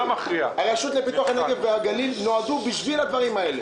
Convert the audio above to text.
הרשות לפיתוח הנגב נועדה בשביל הדברים האלה.